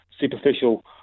superficial